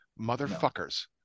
motherfuckers